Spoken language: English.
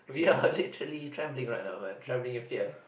we are literally travelling right now but travelling with fear